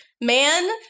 man